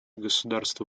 государство